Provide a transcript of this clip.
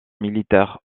militaire